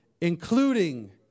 including